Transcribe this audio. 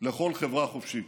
לכל חברה חופשית.